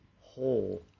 whole